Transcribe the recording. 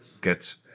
get